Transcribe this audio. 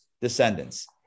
descendants